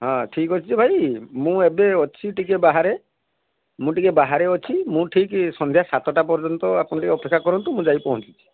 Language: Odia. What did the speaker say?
ହଁ ଠିକ୍ ଅଛି ଯେ ଭାଇ ମୁଁ ଏବେ ଅଛି ଟିକେ ବାହାରେ ମୁଁ ଟିକେ ବାହାରେ ଅଛି ମୁଁ ଠିକ୍ ସନ୍ଧ୍ୟା ସାତଟା ପର୍ଯ୍ୟନ୍ତ ଆପଣ ଟିକେ ଅପେକ୍ଷା କରନ୍ତୁ ମୁଁ ଯାଇ ପହଞ୍ଚୁଛି